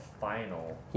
final